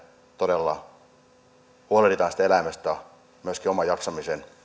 todella huolehdimme siitä eläimestä myöskin oman jaksamisen